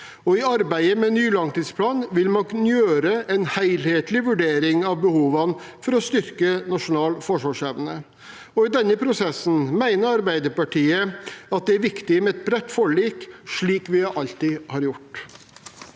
i arbeidet med ny langtidsplan vil man kunne gjøre en helhetlig vurdering av behovene for å styrke nasjonal forsvarsevne. I denne prosessen mener Arbeiderpartiet at det er viktig med et bredt forlik, slik vi alltid har gjort.